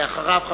ואחריו,